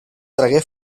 tragué